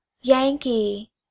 Yankee